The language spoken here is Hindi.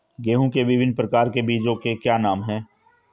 गेहूँ के विभिन्न प्रकार के बीजों के क्या नाम हैं?